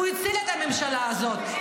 הוא הציל את הממשלה הזאת,